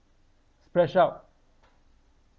splash out